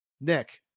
Nick